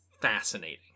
fascinating